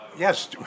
Yes